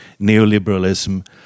neoliberalism